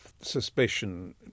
suspicion